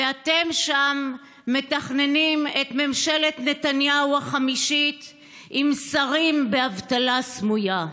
ואתם שם מתכננים את ממשלת נתניהו החמישית עם שרים באבטלה סמויה.